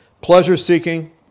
Pleasure-seeking